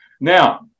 Now